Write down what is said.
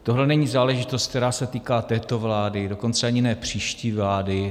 Tohle není záležitost, která se týká této vlády, dokonce ani ne příští vlády.